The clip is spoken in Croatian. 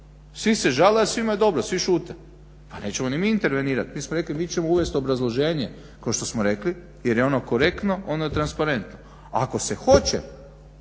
Svi se žale, a svima je dobro, svi šute. Pa nećemo ni mi intervenirati. Mi smo rekli, mi ćemo uvest obrazloženje kao što smo rekli jer je ono korektno, ono je transparentno. A ako se hoće